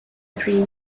three